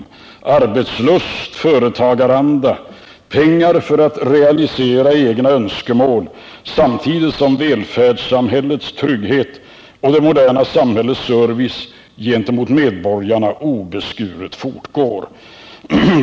Det uppstår arbetslust och företagaranda, och det kommer att finnas pengar för att realisera egna önskemål, samtidigt som välfärdssamhällets trygghet och det moderna samhällets service gentemot medborgarna obeskuret fortgår.